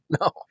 No